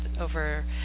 over